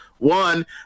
One